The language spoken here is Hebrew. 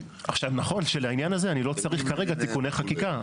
נכון שלעניין הזה אני לא צריך כרגע תיקוני חקיקה.